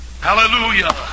Hallelujah